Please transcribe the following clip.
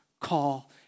call